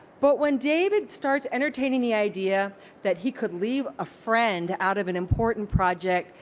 but when david starts entertaining the idea that he could leave a friend out of an important project,